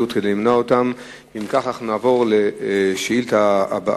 ודאי אדוני יודע שאם הייתי שואל היום את השאילתא,